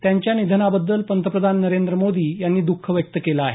त्यांच्या निधनाबद्दल पंतप्रधान नरेंद्र मोदी यांनी द्ख व्यक्त केलं आहे